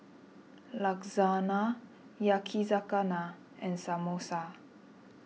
Lasagna Yakizakana and Samosa